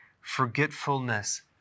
forgetfulness